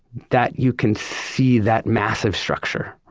that you can see that massive structure,